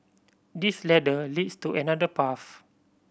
this ladder leads to another path